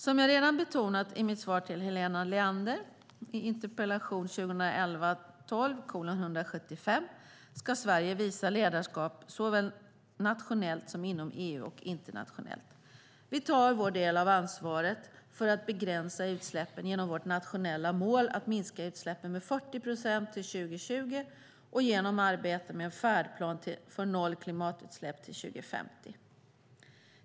Som jag redan betonat i mitt svar till Helena Leander i interpellation 2011/12:175 ska Sverige visa ledarskap såväl nationellt, som inom EU och internationellt. Vi tar vår del av ansvaret för att begränsa utsläppen genom vårt nationella mål att minska utsläppen med 40 procent till 2020 och genom arbetet med Färdplan för noll klimatutsläpp till 2050.